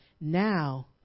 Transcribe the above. now